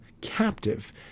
captive